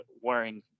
wearing